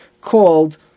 called